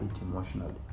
emotionally